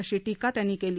अशी टीका त्यांनी केली